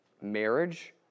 marriage